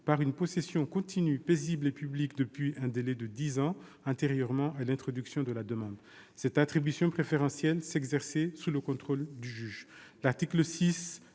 par une possession continue, paisible et publique depuis un délai de dix ans antérieurement à l'introduction de la demande ». Cette attribution préférentielle s'exerçait sous le contrôle du juge.